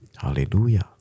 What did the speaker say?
Hallelujah